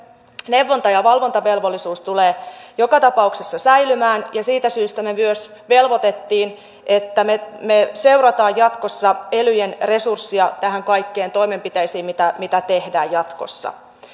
neuvonta ja valvontavelvollisuus tulee joka tapauksessa säilymään ja siitä syystä me myös velvoitimme että me me seuraamme jatkossa elyjen resursseja näihin kaikkiin toimenpiteisiin mitä mitä tehdään jatkossa